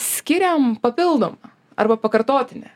skiriam papildomą arba pakartotinę